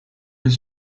was